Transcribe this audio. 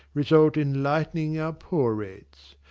result in lightening our poor rates.